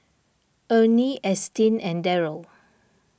Ernie Ashtyn and Darrel